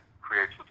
creates